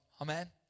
Amen